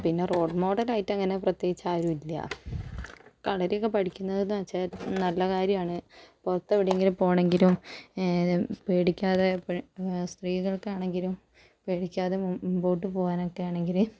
പിന്നെ റോൾ മോഡലായിട്ടങ്ങനെ പ്രത്യേകിച്ച് ആരും ഇല്ല കളരിയൊക്കെ പഠിക്കുന്നത് എന്ന് വെച്ചാൽ നല്ല കാര്യമാണ് പുറത്ത് എവിടെയെങ്കിലും പോകണമെങ്കിലും പേടിക്കാതെ ഇപ്പഴ് സ്ത്രീകൾക്കാണെങ്കിലും പേടിക്കാതെ മും മുമ്പോട്ട് പോകാനൊക്കെ ആണെങ്കില്